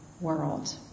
world